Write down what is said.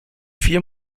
vier